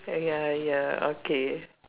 uh ya ya okay